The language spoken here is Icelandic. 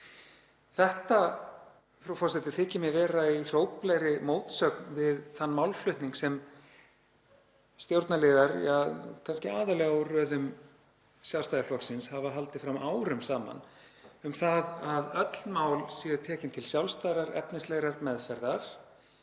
Þetta, frú forseti, þykir mér vera í hróplegri mótsögn við þann málflutning sem stjórnarliðar, kannski aðallega úr röðum Sjálfstæðisflokksins, hafa haldið fram árum saman um að öll mál séu tekin til sjálfstæðrar, efnislegrar meðferðar